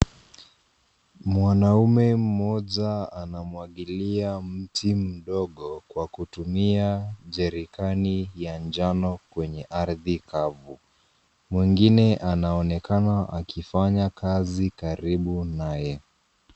Mwanaume mmoja anamwagilia mti mdogo kwa kutumia jerikani ya njano kwenye ardhi kavu. Mwingine anaonekana akifanya kazi karibu naye.